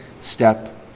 step